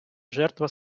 жертва